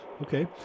Okay